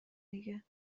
دیگه